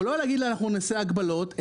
ולא להגיד לה אנחנו נעשה הגבלות,